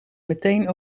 meteen